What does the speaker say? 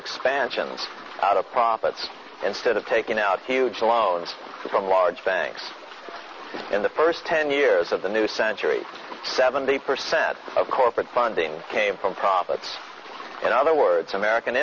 expansion out of profits instead of taking out huge loans from large banks in the first ten years of the new century seventy percent of corporate funding came from profits in other words american